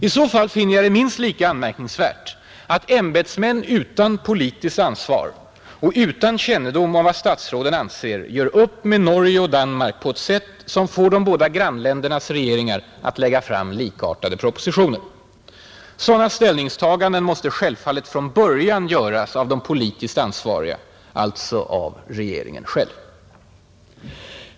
I så fall finner jag det minst lika anmärkningsvärt att ämbetsmän utan politiskt ansvar och utan kännedom om vad statsråden anser gör upp med Norge och Danmark på ett sätt som får de båda grannländernas regeringar att lägga fram likartade propositioner. Sådana ställningstaganden måste självfallet från början göras av de politiskt ansvariga, alltså av regeringen själv.